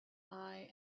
eye